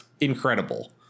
incredible